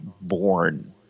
born